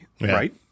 right